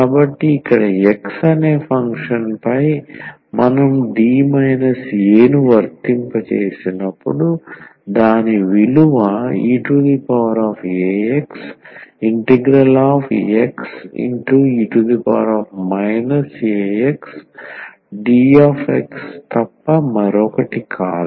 కాబట్టి ఇక్కడ X అనే ఫంక్షన్పై మనం D a ను వర్తింపజేసినప్పుడు దాని విలువ eaxXe axdx తప్ప మరొకటి కాదు